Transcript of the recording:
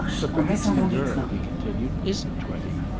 but perhaps the girl, he continued, isn't twenty.